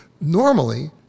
normally